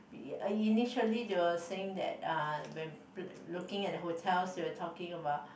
initially they were saying that uh when looking at hotels we were talking about